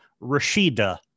Rashida